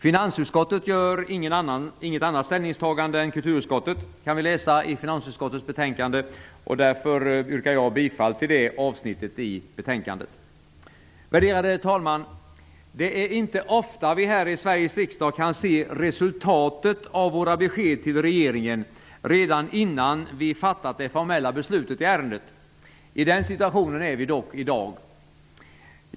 Finansutskottet gör inget annat ställningstagande än kulturutskottet. Det kan vi läsa i finansutskottets betänkande. Därför yrkar jag bifall till det avsnittet i betänkandet. Värderade talman! Det är inte ofta vi här i Sveriges riksdag kan se resultatet av våra besked till regeringen redan innan vi fattat det formella beslutet i ett ärende. I den situationen är vi dock i dag.